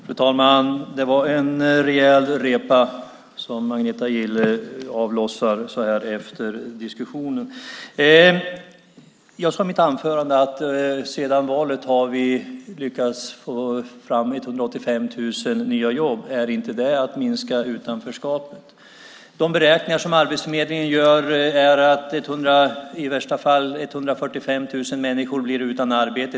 Fru talman! Det var en rejäl repa som Agneta Gille avlossade så här efter diskussionen. Jag sade i mitt anförande att vi sedan valet har lyckats få fram 185 000 nya jobb. Är inte det att minska utanförskapet? De beräkningar som Arbetsförmedlingen har gjort är att i värsta fall 145 000 människor blir utan arbete.